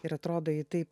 ir atrodo ji taip